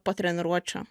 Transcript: po treniruočių